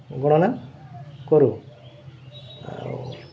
ଗଣନା କରୁ ଆଉ